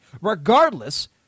Regardless